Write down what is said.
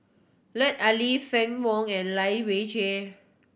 Lut Ali Fann Wong and Lai Weijie